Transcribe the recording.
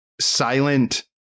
silent